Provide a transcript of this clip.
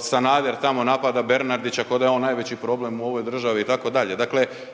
Sanader tamo napada Bernardića ko da je on najveći problem u ovoj državi itd. dakle